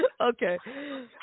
Okay